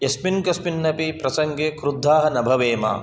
यस्मिन् कस्मिन् अपि प्रसङ्गे कृद्धाः न भवेम